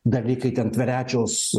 dalykai ten tverečiaus